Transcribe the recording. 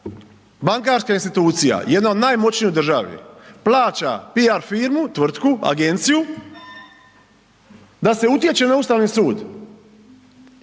bankarska institucija, jedna od najmoćnijih u državi plaća PR firmu, tvrtku, agenciju da se utječe na Ustavni su.